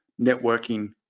networking